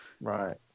right